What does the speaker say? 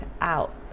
out